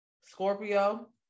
Scorpio